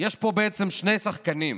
יש פה בעצם שני שחקנים: